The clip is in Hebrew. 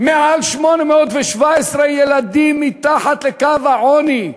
מעל 817,000 ילדים מתחת לקו העוני.